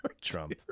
Trump